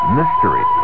mystery